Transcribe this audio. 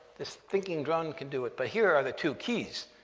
this thinking drone can do it, but here are the two keys